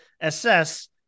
assess